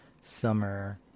summer